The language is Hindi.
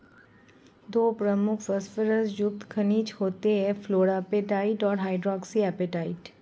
दो प्रमुख फॉस्फोरस युक्त खनिज होते हैं, फ्लोरापेटाइट और हाइड्रोक्सी एपेटाइट